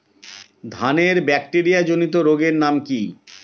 ধানের ব্যাকটেরিয়া জনিত রোগের নাম কি?